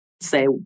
say